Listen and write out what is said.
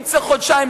אם צריך חודשיים,